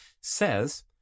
says